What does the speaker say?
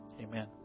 Amen